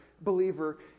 believer